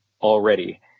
already